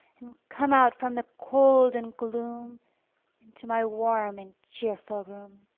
and come out from the cold and gloom into my warm and cheerful room.